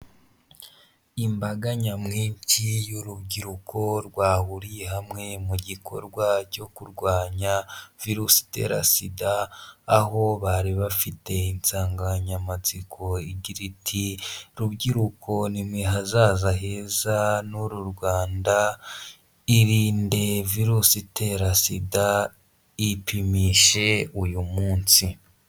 Imbaga nyamwinshi y'urubyiruko rwahuriye hamwe mu gikorwa cyo kurwanya virusi itera sida, aho bari bafite insanganyamatsiko igira iti; rubyiruko nime hazaza heza n'uru Rwandarinde virusi itera sida ipimishije uyu munsi.